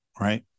right